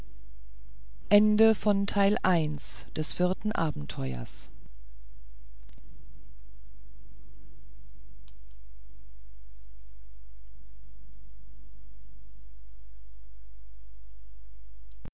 des vierten abenteuers